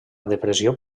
depressió